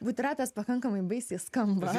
butiratas pakankamai baisiai skamba